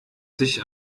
sich